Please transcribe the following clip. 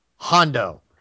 Hondo